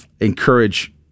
encourage